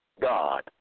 God